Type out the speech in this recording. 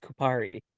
Kupari